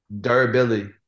Durability